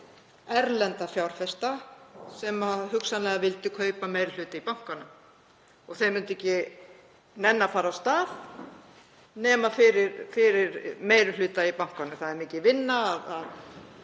erlenda fjárfesta sem hugsanlega vildu kaupa meiri hluta í bankanum. Þeir myndu ekki nenna að fara af stað nema fyrir meiri hluta í bankanum. Það er mikil vinna að